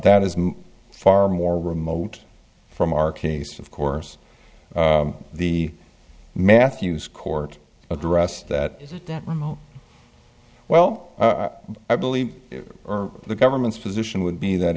that is far more remote from our case of course the matthews court addressed that is it that well i believe the government's position would be that